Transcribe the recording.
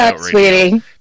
sweetie